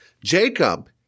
Jacob